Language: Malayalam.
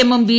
എമ്മും ബി